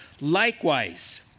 likewise